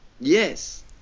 yes